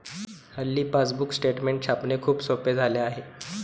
हल्ली passbook statement छापणे खूप सोपे झाले आहे